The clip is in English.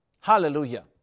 Hallelujah